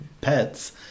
pets